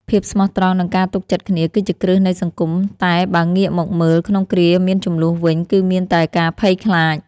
ភាពស្មោះត្រង់និងការទុកចិត្តគ្នាគឺជាគ្រឹះនៃសង្គមតែបើងាកមកមើលក្នុងគ្រាមានជម្លោះវិញគឺមានតែការភ័យខ្លាច។